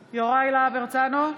הרצנו,